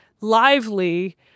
lively